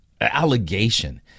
allegation